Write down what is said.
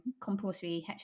compulsory